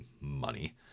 money